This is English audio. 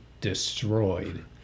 destroyed